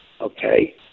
Okay